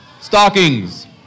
Stockings